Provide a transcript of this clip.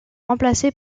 remplacé